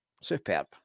Superb